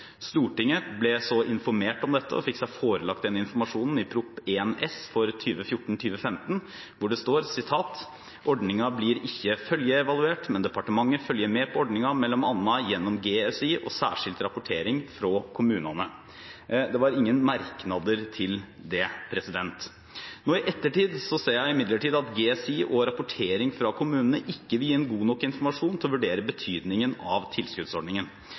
Stortinget ble så informert om dette og fikk seg forelagt den informasjonen i Prop. 1 S for 2014–2015, hvor det står: «Ordninga blir ikkje følgjeevaluert, men departementet følgjer med på ordninga mellom anna gjennom GSI og særskilt rapportering frå kommunane.» Det var ingen merknader til det. Nå i ettertid ser jeg imidlertid at GSI og rapportering fra kommunene ikke vil gi en god nok informasjon til å vurdere betydningen av tilskuddsordningen.